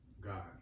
God